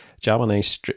japanese